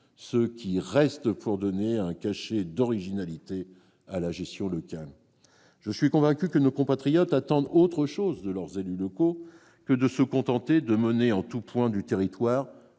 ce qui reste pour donner un cachet d'originalité à la gestion locale. Je suis convaincu que nos compatriotes attendent autre chose de leurs élus locaux que de se contenter de mener, en tout point du territoire,